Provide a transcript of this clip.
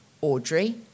Audrey